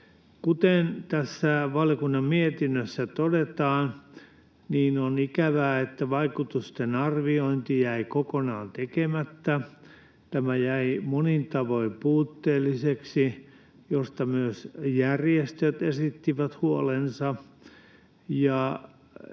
Kuten tässä valiokunnan mietinnössä todetaan, on ikävää, että vaikutusten arviointi jäi kokonaan tekemättä. Tämä jäi monin tavoin puutteelliseksi, mistä myös järjestöt esittivät huolensa.